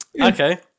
Okay